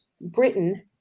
Britain